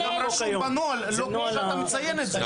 זה גם רשום בנוהל לא כמו שאתה מציין את זה.